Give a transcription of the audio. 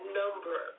number